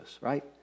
right